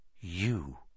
you